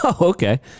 okay